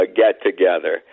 get-together